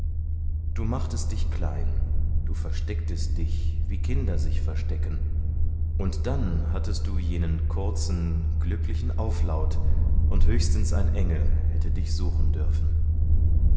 du machtest dich klein du verstecktest dich wie kinder sich verstecken und dann hattest du jenen kurzen glücklichen auflaut und höchstens ein engel hätte dich suchen dürfen